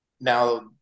Now